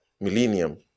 millennium